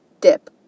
dip